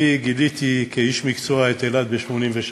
אני גיליתי, כאיש מקצוע, את אילת ב-1983,